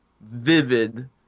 vivid